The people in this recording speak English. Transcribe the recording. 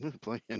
playing